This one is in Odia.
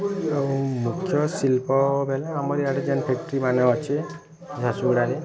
ଆଉମୁଖ୍ୟ ଶିଳ୍ପ ବୋଲେ ଆମରି ଇଆଡ଼େ ଯେଉଁ ଫ୍ୟାକ୍ଟ୍ରମାନେ ଅଛି ଝାରସୁଗୁଡ଼ାରେ